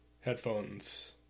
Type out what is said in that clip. headphones